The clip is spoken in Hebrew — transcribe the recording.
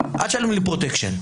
אל תשלמו לי פרוטקשן.